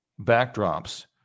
backdrops